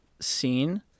scene